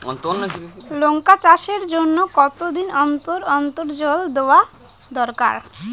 লঙ্কা চাষের জন্যে কতদিন অন্তর অন্তর জল দেওয়া দরকার?